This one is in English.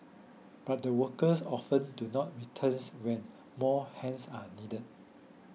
but the workers often do not returns when more hands are needed